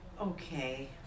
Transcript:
Okay